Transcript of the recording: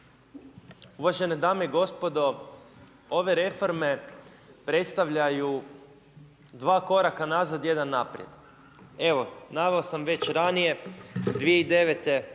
Uvažene dame i gospodo, ove reforme, predstavljaju, dva koraka nazad, jedan naprijed. Evo, naveo sam već ranije 2009. PDV je